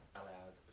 allowed